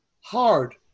Hard